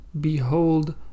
Behold